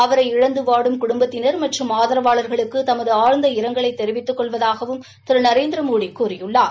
அவரை இழந்து வாடும் குடும்பத்தினா் மற்றும் ஆதரவாளா்களுக்கு தனது ஆழ்ந்த இரங்கலை தெரிவித்துக் கொள்வதாகவும் திரு நரேந்திரமோடி கூறியுள்ளார்